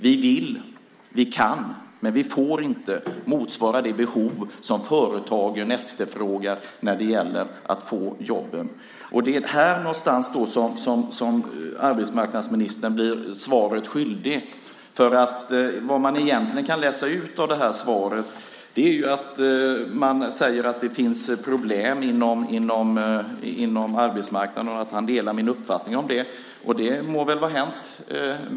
Vi vill, vi kan, men vi får inte motsvara det behov som företagen har när det gäller att få fram jobben. Det är någonstans här som arbetsmarknadsministern blir svaret skyldig. Vad man egentligen kan läsa ut av svaret är att han säger att det finns problem inom arbetsmarknaden och att han delar min uppfattning om det. Det må väl vara hänt.